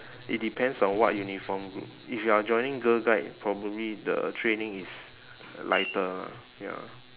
it depends on what uniformed group if you are joining girl guide probably the training is lighter ah ya